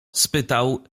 spytał